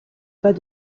pas